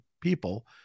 people